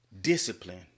discipline